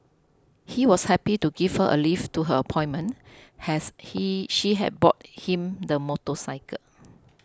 he was happy to give her a lift to her appointment has he she had bought him the motorcycle